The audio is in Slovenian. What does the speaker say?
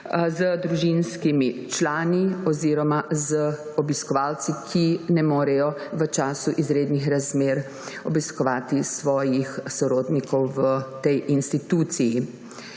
z družinskimi člani oziroma z obiskovalci, ki v času izrednih razmer ne morejo obiskovati svojih sorodnikov v tej instituciji.